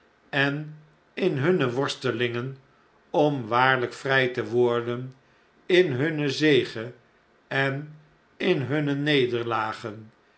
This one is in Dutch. en in hunne worstelingen om waarlyk vrjj te worden in hunne zege en in hunne nederlagen